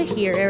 Hear